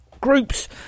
groups